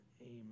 amen